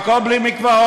הכול בלי מקוואות.